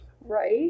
Right